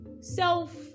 Self